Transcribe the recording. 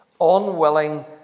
unwilling